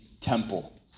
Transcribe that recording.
temple